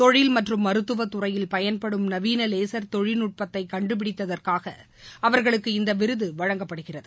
தொழில் மற்றும் மருத்துவ துறையில் பயன்படும் நவீன லேசர் தொழில்நட்பத்தை கண்டுபிடித்ததற்காக அவர்களுக்கு இந்த விருது வழங்கப்படுகிறது